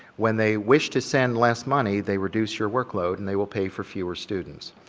when they wish to send less money they reduce your workload and they will pay for fewer students.